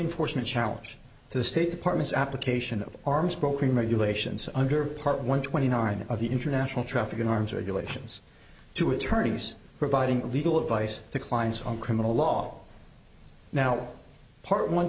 enforcement challenge to the state department's application of arms broken regulations under part one twenty nine of the international traffic in arms are you it seems to attorneys providing legal advice to clients on criminal law now part one